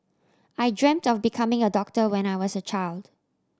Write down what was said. I dreamt of becoming a doctor when I was a child